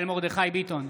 מיכאל מרדכי ביטון,